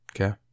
okay